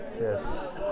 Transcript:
Yes